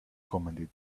commented